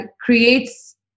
creates